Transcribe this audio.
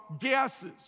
gases